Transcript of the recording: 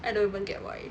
I don't even get why